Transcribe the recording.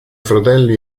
fratelli